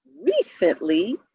recently